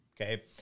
okay